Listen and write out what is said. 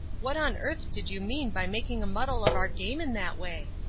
what on earth did you mean by making a muddle of our game in that way?